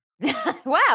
Wow